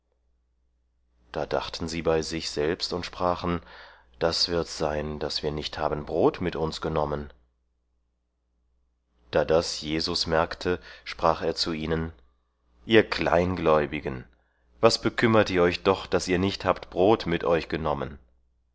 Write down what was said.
da dachten sie bei sich selbst und sprachen das wird's sein daß wir nicht haben brot mit uns genommen da das jesus merkte sprach er zu ihnen ihr kleingläubigen was bekümmert ihr euch doch daß ihr nicht habt brot mit euch genommen